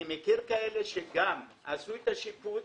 אני מכיר כאלה שגם עשו את השיפוץ,